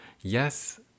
Yes